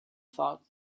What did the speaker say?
thought